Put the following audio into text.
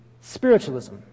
spiritualism